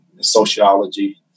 sociology